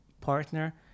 partner